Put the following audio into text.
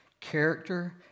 character